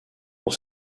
pour